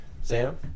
Sam